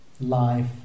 life